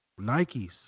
Nikes